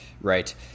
Right